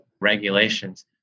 regulations